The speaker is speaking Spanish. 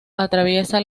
atraviesa